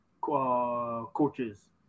coaches